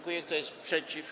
Kto jest przeciw?